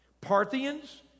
Parthians